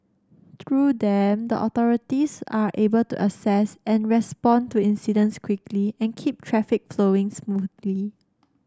through them the authorities are able to assess and respond to incidents quickly and keep traffic smoothly